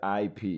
IP